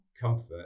comfort